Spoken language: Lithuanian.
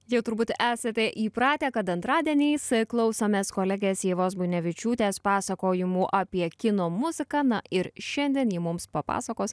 jau turbūt esate įpratę kad antradieniais klausomės kolegės ievos buinevičiūtės pasakojimų apie kino muziką na ir šiandien ji mums papasakos